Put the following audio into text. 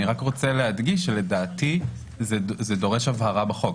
רק שלדעתי זה דורש הבהרה בחוק.